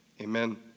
amen